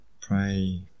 pray